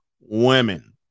women